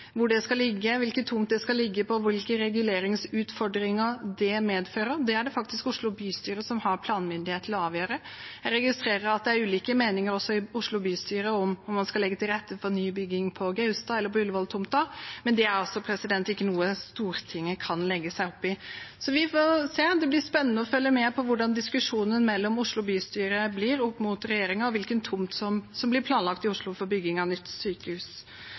Hvor det skal ligge, hvilken tomt det skal ligge på, og hvilke reguleringsutfordringer det medfører, er det faktisk Oslo bystyre som har planmyndighet til å avgjøre. Jeg registrerer at det er ulike meninger også i Oslo bystyre om man skal legge til rette for ny bygging på Gaustad eller på Ullevål-tomta, men det er ikke noe Stortinget kan legge seg opp i. Så vi får se – det blir spennende å følge med på hvordan diskusjonen mellom Oslo bystyre og opp mot regjeringen blir, og hvilken tomt som blir planlagt i Oslo for bygging av nytt sykehus.